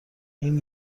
این